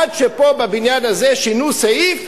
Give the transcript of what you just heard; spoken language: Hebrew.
עד שפה בבניין הזה שינו סעיף,